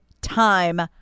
Time